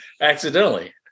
Accidentally